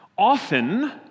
Often